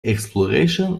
exploration